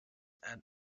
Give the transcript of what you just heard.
and